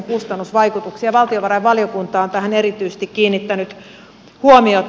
valtiovarainvaliokunta on tähän erityisesti kiinnittänyt huomiota